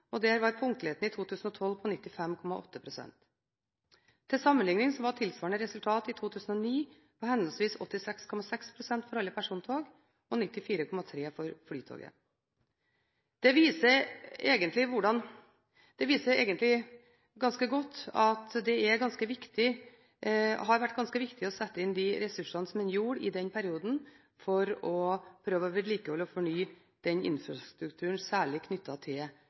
punktligheten i 2012 på 95,8 pst. Til sammenlikning var tilsvarende resultat i 2009 på henholdsvis 86,6 pst. for alle persontog og 94,3 pst. for Flytoget. Det viser egentlig ganske godt at det har vært ganske viktig å sette inn de ressursene man gjorde i den perioden, for å prøve å vedlikeholde og fornye den infrastrukturen – særlig knyttet til Osloområdet. Det